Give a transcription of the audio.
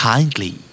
Kindly